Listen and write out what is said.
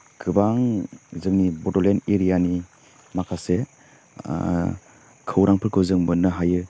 गोबां जोंनि बड'लेण्ड एरियानि माखासे खौरांफोरखौ जों मोननो हायो